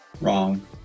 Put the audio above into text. wrong